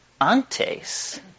antes